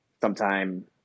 sometime